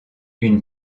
une